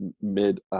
mid –